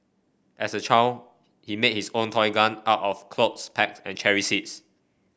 as a child he made his own toy gun out of clothes pegs and cherry seeds